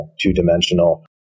two-dimensional